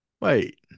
Wait